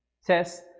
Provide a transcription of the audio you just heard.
says